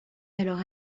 alors